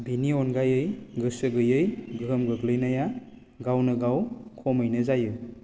बिनि अनगायै गोसो गैयै गोहोम गोग्लैनाया गावनो गाव खमैनो जायो